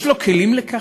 יש לו כלים לכך?